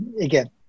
again